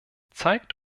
zeigt